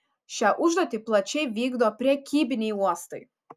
šią užduotį plačiai vykdo prekybiniai uostai